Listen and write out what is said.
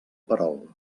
perol